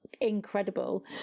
Incredible